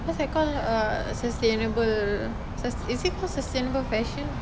what's that call uh sustainable sus~ is it call sustainable fashion